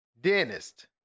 Dentist